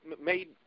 made